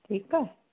ठीकु आहे